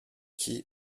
key